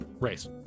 race